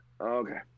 Okay